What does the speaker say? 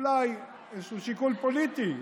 אולי איזשהו שיקול פוליטי,